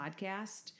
podcast